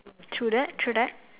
true that true that